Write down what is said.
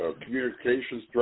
communications